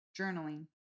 Journaling